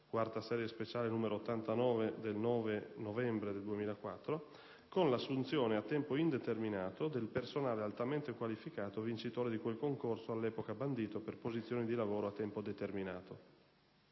4a serie speciale, n. 89 del 9 novembre 2004, con l'assunzione a tempo indeterminato del personale altamente qualificato vincitore di quel concorso all'epoca bandito per posizioni di lavoro a tempo determinato.